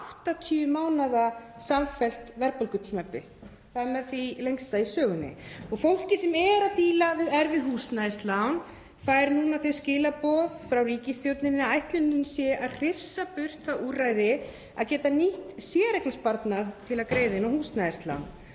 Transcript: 80 mánaða samfellt verðbólgutímabil. Það er með því lengsta í sögunni og fólkið sem er að díla við erfið húsnæðislán fær þau skilaboð frá ríkisstjórninni að ætlunin sé að hrifsa burt það úrræði að geta nýtt séreignarsparnað til að greiða inn á húsnæðislán.